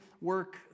work